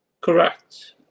Correct